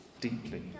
deeply